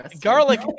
garlic